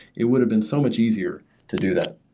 it would have been so much easier to do that.